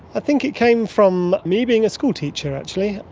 think it came from me being a schoolteacher actually.